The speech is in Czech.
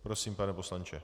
Prosím, pane poslanče.